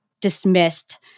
dismissed